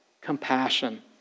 Compassion